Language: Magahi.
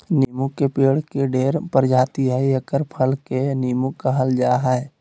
नीबू के पेड़ के ढेर प्रजाति हइ एकर फल के नीबू कहल जा हइ